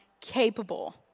capable